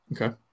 Okay